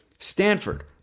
Stanford